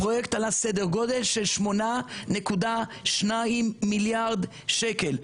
הפרויקט עלה סדר גודל של 8.2 מיליארד שקלים.